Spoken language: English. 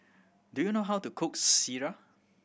do you know how to cook sireh